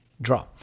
Draw